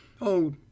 Oh